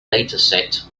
dataset